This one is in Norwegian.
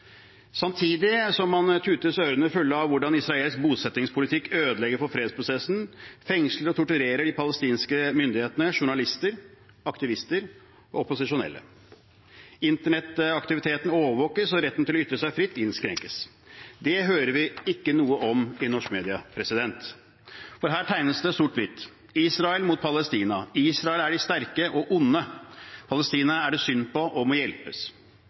Samtidig som man tutes ørene fulle av hvordan israelsk bosettingspolitikk ødelegger for fredsprosessen, fengsler og torturerer de palestinske myndighetene journalister, aktivister og opposisjonelle. Internettaktiviteten overvåkes, og retten til å ytre seg fritt innskrenkes. Det hører vi ikke noe om i norsk media, for her tegnes det sort-hvitt – Israel mot Palestina, Israel er de sterke og onde, palestinerne er det synd på og må hjelpes.